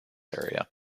area